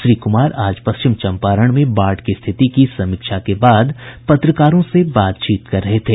श्री कुमार आज पश्चिम चंपारण में बाढ़ की स्थिति की समीक्षा के बाद पत्रकारों से बातचीत कर रहे थे